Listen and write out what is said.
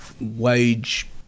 wage